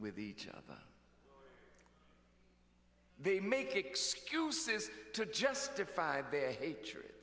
with each other they make excuses to justify their hatred